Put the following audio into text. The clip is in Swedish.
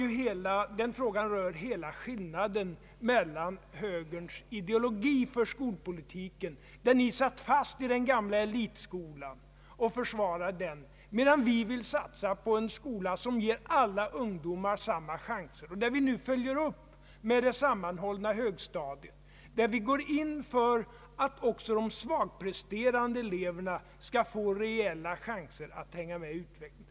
Den frågan rör hela skillnaden mellan moderata samlingspartiets och vår ideologi för skolpolitiken. Ni satt fast i den gamla elitskolan och försvarade den, medan vi vill satsa på en skola som ger alla ungdomar samma chanser. Nu följer vi upp med det sammanhållna högstadiet. Vi går in för att också de svagpresterande eleverna skall få reella chanser att hänga med i utvecklingen.